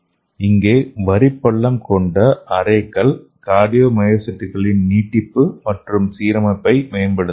இங்கே வரிப்பள்ளம் கொண்ட அரேக்கள் கார்டியோமியோசைட்டுகளின் நீட்டிப்பு மற்றும் சீரமைப்பை மேம்படுத்தலாம்